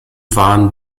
waren